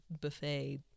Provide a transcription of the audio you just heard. buffet